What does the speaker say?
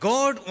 God